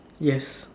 yes